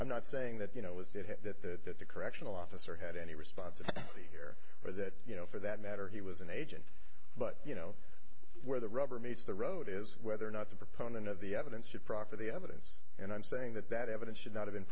i'm not saying that you know that that that the correctional officer had any response to be here or that you know for that matter he was an agent but you know where the rubber meets the road is whether or not the proponent of the evidence should proffer the evidence and i'm saying that that evidence should not have been